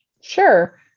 Sure